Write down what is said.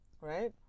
right